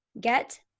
get